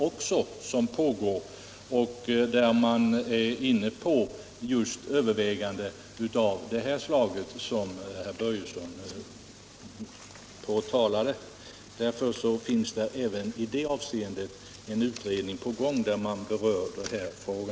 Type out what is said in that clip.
Den utredningen är inne på överväganden av det slag som herr Börjesson här talade om. Det finns alltså även i det avseendet en utredning som berör denna fråga.